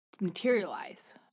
materialize